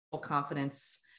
confidence